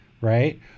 right